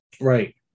right